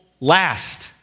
last